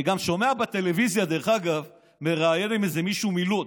אני גם שומע בטלוויזיה, מראיינים איזה מישהו מלוד,